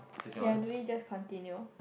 ya do it just continue